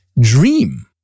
dream